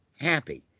happy